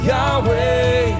Yahweh